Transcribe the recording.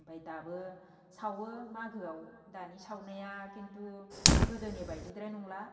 ओमफाय दाबो सावो मागोआव दानि सावनाया खिन्थु गोदोनि बायदिद्राय नंला